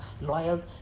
loyal